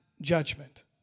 judgment